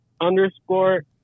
underscore